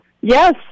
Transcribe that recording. Yes